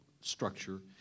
structure